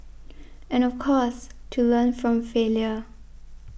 and of course to learn from failure